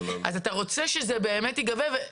אז אתה רוצה שזה באמת ייגבה.